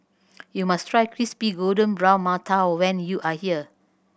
you must try crispy golden brown mantou when you are here